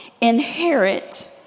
inherit